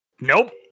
Nope